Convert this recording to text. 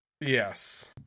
Yes